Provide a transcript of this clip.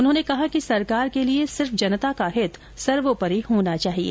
उन्होंने कहा कि सरकार के लिए सिर्फ जनता का हित सर्वोपरि होना चाहिए